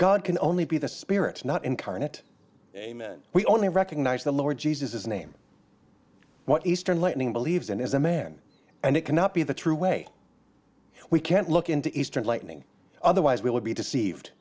god can only be the spirit not incarnate amen we only recognize the lord jesus his name what eastern lightning believes in as a man and it cannot be the true way we can't look into eastern lightning otherwise we would be deceived